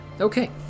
Okay